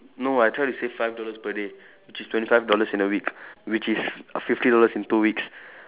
no I try to save five dollars per day which is twenty five dollars in a week which is fifty dollars in two weeks